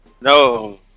No